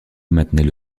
maintenait